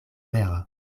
vera